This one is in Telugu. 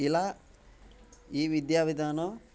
ఇలా ఈ విద్యావిధానం